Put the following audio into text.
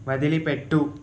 వదిలిపెట్టు